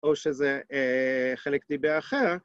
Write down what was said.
או שזה חלק דיבר אחר.